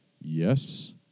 Yes